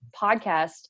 podcast